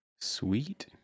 Sweet